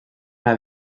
una